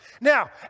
Now